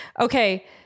Okay